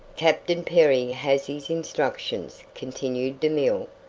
captain perry has his instructions, continued demille,